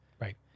Right